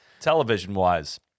Television-wise